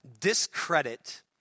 discredit